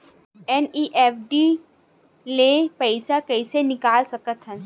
NEFT ले पईसा कइसे निकाल सकत हन?